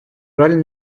жаль